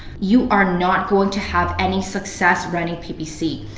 you are not going to have any success running ppc.